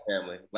family